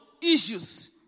issues